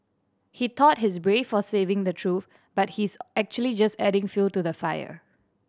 he thought he's brave for saving the truth but he's actually just adding fuel to the fire